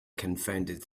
confounded